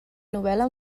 novel·la